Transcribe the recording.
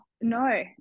No